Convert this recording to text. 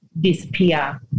disappear